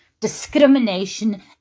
discrimination